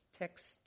Text